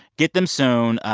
get them soon.